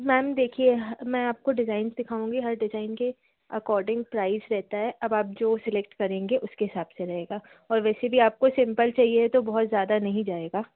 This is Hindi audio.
मैम देखिए मैं आपको डिज़ाइंज़ दिखाऊँगी हर डिज़ाइन के अकॉर्डिंग प्राइस रहता है अब आप जो सेलेक्ट करेंगे उसके हिसाब से रहेगा और वैसे भी आपको सिंपल चाहिए तो बहुत ज़्यादा नहीं जाएगा